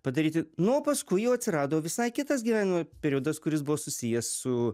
padaryti nu o paskui jau atsirado visai kitas gyvenimo periodas kuris buvo susijęs su